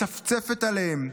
מצפצפת עליהם,